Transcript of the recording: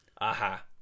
Aha